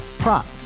prop